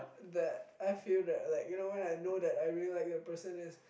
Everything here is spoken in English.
that I feel that like you know when I know that I really like the person is